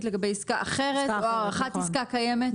לגבי עסקה אחרת או הארכת עסקה קיימת,